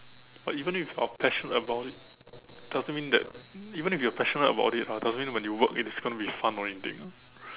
but even if you are passionate about it doesn't mean that even if you are passionate about it ah doesn't mean that when you work it's gonna be fun or anything